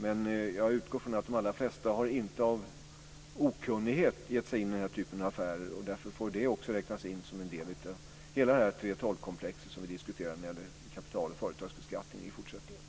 Jag utgår dock från att de allra flesta inte av okunnighet har gett sig in i den här typen av affärer. Därför får det också räknas in som en del i hela det 3:12-komplex som vi diskuterar när det gäller kapital och företagsbeskattning i fortsättningen.